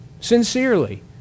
sincerely